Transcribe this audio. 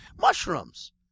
mushrooms